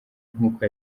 nkuko